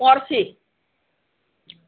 पर्सि